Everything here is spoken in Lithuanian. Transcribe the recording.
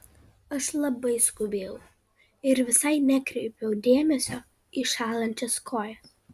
aš labai skubėjau ir visai nekreipiau dėmesio į šąlančias kojas